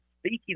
speaking